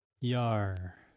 Yar